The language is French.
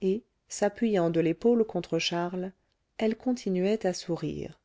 et s'appuyant de l'épaule contre charles elle continuait à sourire